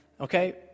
Okay